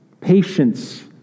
Patience